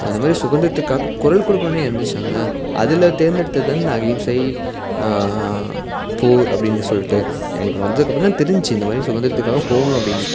இந்த மாதிரி சுதந்திரத்துக்காக குரல் கொடுக்கணும்னே எழுந்திரிச்சாங்க அதில் தேர்ந்தெடுத்தது தான இந்த அகிம்சை போர் அப்படின்னு சொல்லிட்டு ஏன்னா இவரு வந்ததுக்கப்புறம்தான தெரிஞ்சிச்சி இந்த மாதிரி சுதந்திரத்துக்காக போகணும் அப்படின்னு